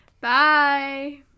bye